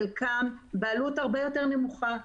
חלקם בעלות הרבה יותר נמוכה.